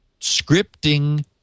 scripting